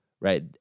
right